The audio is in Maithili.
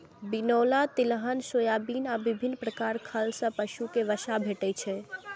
बिनौला, तिलहन, सोयाबिन आ विभिन्न प्रकार खल सं पशु कें वसा भेटै छै